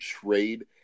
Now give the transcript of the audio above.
trade